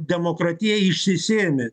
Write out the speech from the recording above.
demokratija išsisėmė